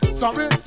sorry